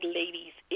ladies